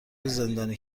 زندانی